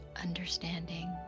understanding